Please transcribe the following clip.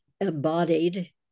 embodied